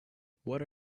what